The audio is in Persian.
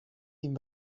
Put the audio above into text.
این